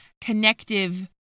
connective